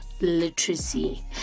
literacy